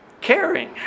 caring